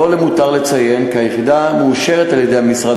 לא למותר לציין כי היחידה מאושרת על-ידי משרד